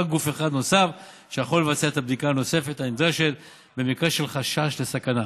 גוף אחד נוסף שיכול לבצע את הבדיקה הנוספת הנדרשת במקרה של חשש לסכנה.